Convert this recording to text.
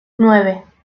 nueve